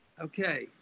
Okay